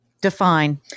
Define